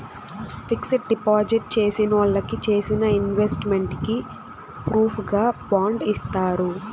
fixed deposit చేసినోళ్ళకి చేసిన investment కి ప్రూఫుగా బాండ్ ఇత్తారు